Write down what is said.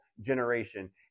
generation